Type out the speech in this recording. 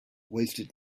wasted